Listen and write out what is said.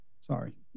sorry